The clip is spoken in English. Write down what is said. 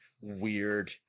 weird